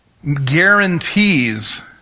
guarantees